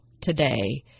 today